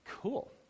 Cool